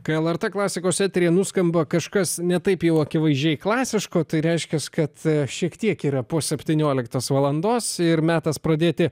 kai lrt klasikos eteryje nuskamba kažkas ne taip jau akivaizdžiai klasiško tai reiškia kad šiek tiek yra po septynioliktos valandos ir metas pradėti